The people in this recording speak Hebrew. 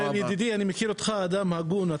מיכאל ידידי, אני מכיר אותך אדם הגון.